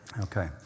Okay